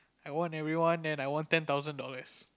I won everyone then I won ten thousand dollars